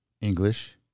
English